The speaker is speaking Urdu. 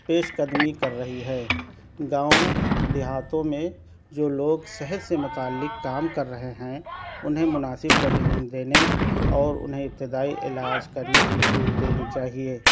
پیش قدمی کر رہی ہے گاؤں دیہاتوں میں جو لوگ صحت سے متعلق کام کر رہے ہیں انہیں مناسب ٹریننگ دینے اور انہیں ابتدائی علاج کرنے کی چھوٹ دینی چاہئے